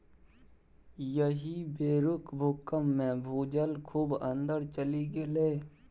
एहि बेरुक भूकंपमे भूजल खूब अंदर चलि गेलै